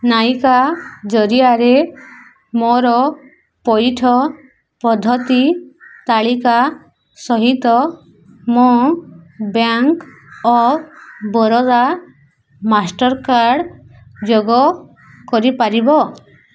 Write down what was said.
ନାଇକା ଜରିଆରେ ମୋର ପଇଠ ପଦ୍ଧତି ତାଲିକା ସହିତ ମୋ ବ୍ୟାଙ୍କ ଅଫ୍ ବରୋଦା ମାଷ୍ଟର୍କାର୍ଡ଼ ଯୋଗ କରିପାରିବ